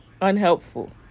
Unhelpful